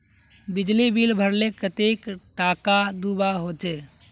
बिजली बिल भरले कतेक टाका दूबा होचे?